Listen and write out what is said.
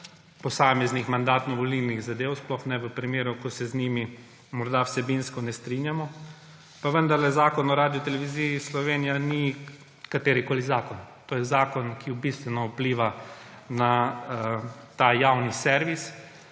posameznih mandatno-volilnih zadeve, sploh ne v primeru ko se z njimi morda vsebinsko ne strinjamo, pa vendarle Zakon o RTV Slovenija ni katerikoli zakon. To je zakon, ki bistveno vpliva na ta javni servis,